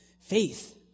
Faith